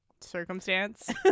circumstance